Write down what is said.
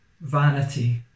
vanity